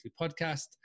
Podcast